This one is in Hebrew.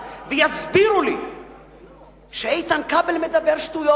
ויסבירו לי שאיתן כבל מדבר שטויות.